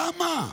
למה,